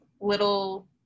little